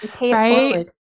right